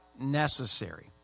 necessary